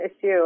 issue